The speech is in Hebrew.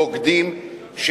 בוגדים,